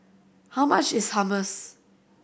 how much is Hummus